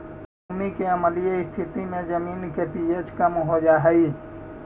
भूमि के अम्लीय स्थिति से जमीन के पी.एच कम हो जा हई